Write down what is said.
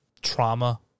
trauma